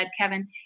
Kevin